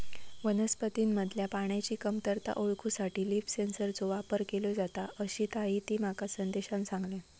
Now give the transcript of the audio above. वनस्पतींमधल्या पाण्याची कमतरता ओळखूसाठी लीफ सेन्सरचो वापर केलो जाता, अशीताहिती माका संदेशान सांगल्यान